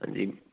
ਹਾਂਜੀ